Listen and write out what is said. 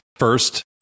first